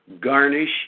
garnish